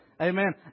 Amen